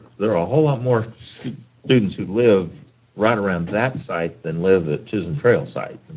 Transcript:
there are a whole lot more students who live right around that site than live at chisholm trail site, and